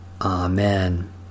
Amen